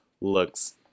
looks